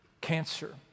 cancer